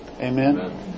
Amen